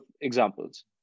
examples